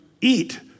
eat